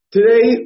Today